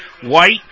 White